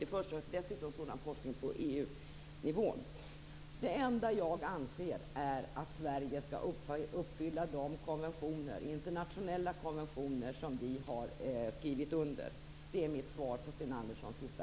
Dessutom bedrivs det sådan forskning på EU-nivå. Det enda som jag anser är att Sverige skall uppfylla de internationella konventioner som vi har skrivit under. Det är mitt svar på Sten Anderssons fråga.